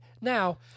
now